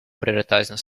prioritizing